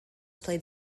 played